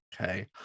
okay